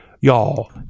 y'all